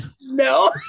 No